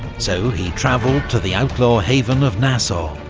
so he travelled to the outlaw haven of nassau,